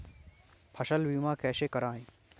फसल बीमा कैसे कराएँ?